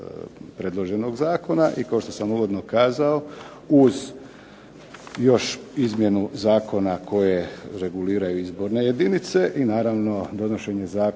predloženog zakona i kao što sam uvodno kazao, uz još izmjenu zakona koje reguliraju izborne jedinice i naravno donošenje zakona